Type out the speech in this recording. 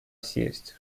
сесть